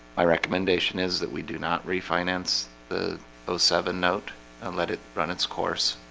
my recommendation is that we do not refinance the oh seven note and let it run. its course